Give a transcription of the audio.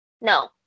no